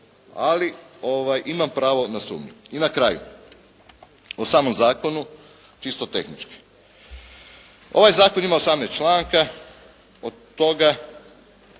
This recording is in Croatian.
Ali imam pravo na sumnju. I na kraju, o samom zakonu, čisto tehnički. Ovaj zakon ima 18 članaka, od toga